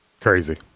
Crazy